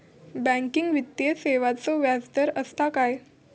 Banking वित्तीय सेवाचो व्याजदर असता काय?